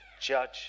judge